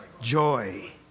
Joy